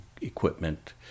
equipment